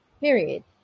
period